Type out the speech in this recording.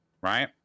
right